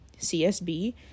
csb